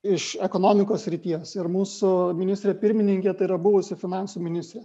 iš ekonomikos srities ir mūsų ministrė pirmininkė tai yra buvusi finansų ministrė